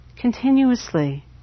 continuously